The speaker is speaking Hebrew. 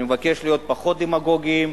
אני מבקש להיות פחות דמגוגיים,